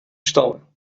stammen